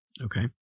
Okay